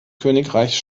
königreichs